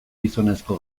gizonezko